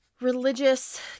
religious